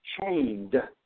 chained